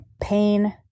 pain